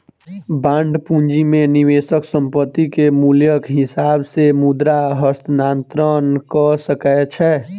bond पूंजी में निवेशक संपत्ति के मूल्यक हिसाब से मुद्रा हस्तांतरण कअ सकै छै